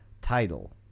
title